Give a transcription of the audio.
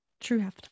true